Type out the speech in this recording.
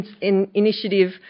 Initiative